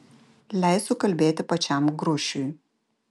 leisiu kalbėti pačiam grušiui